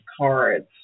cards